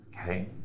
Okay